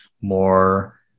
more